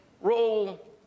role